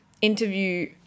interview